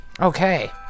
Okay